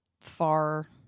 far